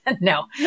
No